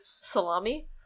Salami